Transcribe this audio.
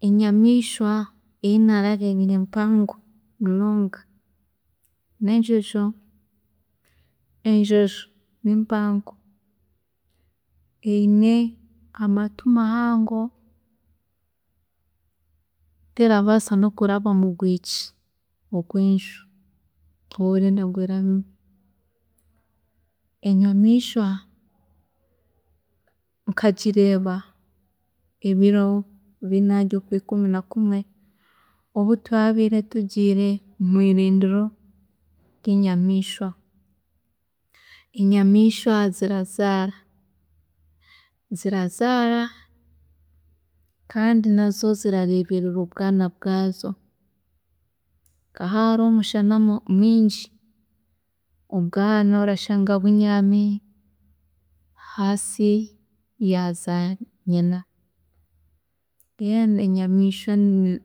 ﻿Enyameishwa eyi naarareebire empango munonga nenjojo, enjojo ni mpango, eyine amatu mahango terabaasa nokuraba murwiigi orwenju waaba orenda erabemu. Enyameishwa nkagireeba ebiro bina byokwiikumi nakumwe obu twabiire tugiire mwiirindiro ryenyameishwa. Enyameishwa zirazaara, zirazaara kandi nazo zirareeberera obwaana bwaazo, nka haaba hariho omushana mwingi, obwaana orashanga bunyaami ahansi ya zanyina. Mbwenu enyamiishwa ni-